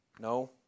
No